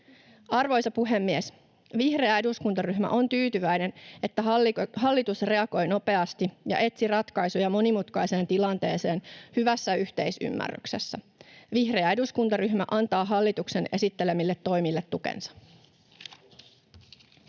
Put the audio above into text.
Arvoisa puhemies! Vihreä eduskuntaryhmä on tyytyväinen, että hallitus reagoi nopeasti ja etsi ratkaisuja monimutkaiseen tilanteeseen hyvässä yhteisymmärryksessä. Vihreä eduskuntaryhmä antaa hallituksen esittelemille toimille tukensa.